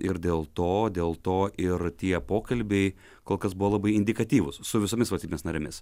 ir dėl to dėl to ir tie pokalbiai kol kas buvo labai indikatyvūs su visomis valstybės narėmis